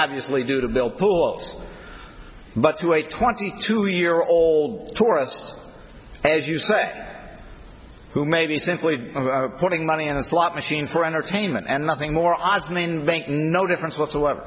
obviously do the bill pulled but to a twenty two year old tourist as you say who may be simply putting money in a slot machine for entertainment and nothing more ads men make no difference whatsoever